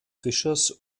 fischers